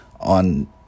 on